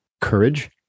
courage